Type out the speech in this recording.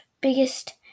biggest